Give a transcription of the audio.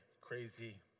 crazy